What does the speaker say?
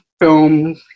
film